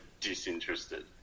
disinterested